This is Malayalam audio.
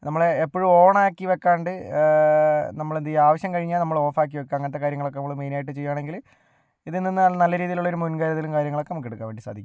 നമ്മൾ എപ്പോഴും ഓണാക്കി വെക്കാണ്ട് നമ്മളെന്തെയ്യാ ആവശ്യം കഴിഞ്ഞാൽ നമ്മൾ ഓഫാക്കി വയ്ക്കുക അങ്ങനത്തെ കാര്യങ്ങളൊക്കെ നമ്മൾ മെയിനായിട്ട് ചെയ്യുകയാണെങ്കിൽ ഇതിൽ നിന്ന് നല്ല രീതിയിലുള്ള ഒരു മുൻകരുതലും കാര്യങ്ങളൊക്കെ നമുക്ക് എടുക്കാൻ വേണ്ടിസാധിക്കും